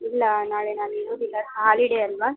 ಇಲ್ಲ ನಾಳೆ ನಾನು ಇರೋದಿಲ್ಲ ಹಾಲಿಡೇ ಅಲ್ಲವಾ